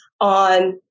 on